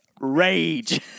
Rage